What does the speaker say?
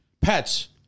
Pets